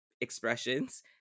expressions